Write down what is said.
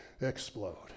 explode